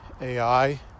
AI